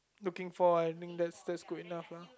looking for I think that's that's good enough lah